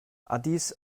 addis